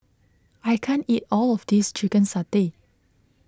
I can't eat all of this Chicken Satay